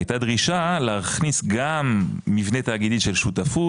הייתה דרישה להכניס גם מבנה תאגידית של שותפות,